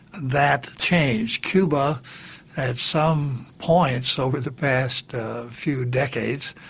that changed. cuba at some points over the past few decades,